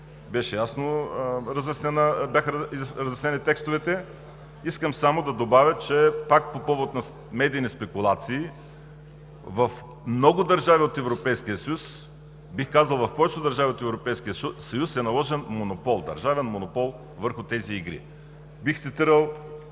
ясно бяха разяснени текстовете. Искам само да добавя, че пак по повод на медийни спекулации, в много държави от Европейския съюз, бих казал, в повечето държави от Европейския съюз е наложен държавен монопол върху тези игри. Бих цитирал: